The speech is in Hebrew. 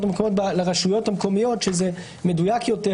המקומיות לרשויות המקומיות שזה מדויק יותר,